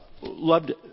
loved